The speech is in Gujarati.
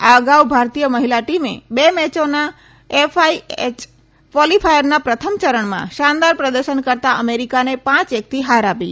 આ અગાઉ ભારતીય મહિલા ટીમે બે મેયોના એફઆઇએચ કવોલીફાયરના પ્રથમ ચરણમાં શાનદાર પ્રદર્શન કરતા અમેરીકાને પાંચ એકથી હાર આપી